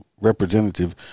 Representative